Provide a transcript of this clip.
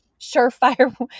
surefire